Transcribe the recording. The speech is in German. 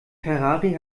ferrari